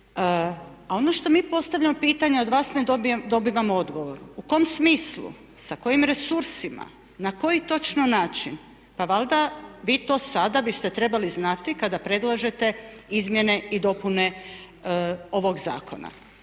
A ono što mi postavljamo pitanje od vas ne dobivamo odgovor. U kom smislu sa kojim resursima, na koji točno način, pa valjda vi to sada biste trebali znati kada predlažete izmjene i dopune ovog zakona.